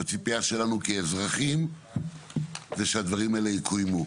הציפייה שלנו כאזרחים זה שהדברים האלה יקוימו.